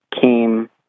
came